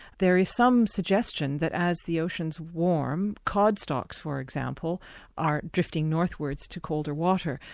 there is some suggestion that as the oceans warm, cod stocks for example are drifting northwards to colder water.